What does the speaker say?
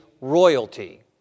royalty